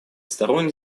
сторон